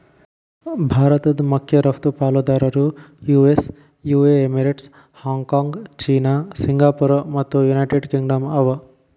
ಭಾರತದ್ ಮಖ್ಯ ರಫ್ತು ಪಾಲುದಾರರು US UAE Emirates, Hong Kong China Singapore ಮತ್ತು ಯುನೈಟೆಡ್ ಕಿಂಗ್ಡಮ್ ಅವ